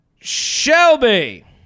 Shelby